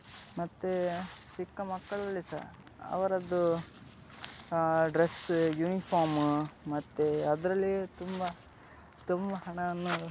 ಮತ್ತು ಚಿಕ್ಕ ಮಕ್ಕಳಲ್ಲಿ ಸಹ ಅವರದ್ದು ಡ್ರೆಸ್ಸ ಯುನಿಫಾರ್ಮ ಮತ್ತೆ ಅದರಲ್ಲಿ ತುಂಬ ತುಂಬ ಹಣವನ್ನು